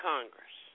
Congress